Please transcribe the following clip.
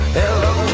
hello